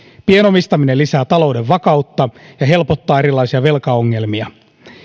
pienomistaminen lisää talouden vakautta ja helpottaa erilaisia velkaongelmia